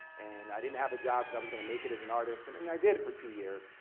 and i didn't have a job cuz i was gonna make it as an artist. and and i did for two years,